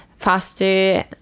faster